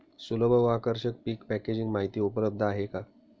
सुलभ व आकर्षक पीक पॅकेजिंग माहिती उपलब्ध आहे का?